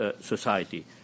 society